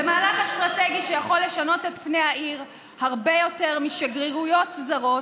זה מהלך אסטרטגי שיכול לשנות את פני העיר הרבה יותר משגרירויות זרות,